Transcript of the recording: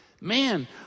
man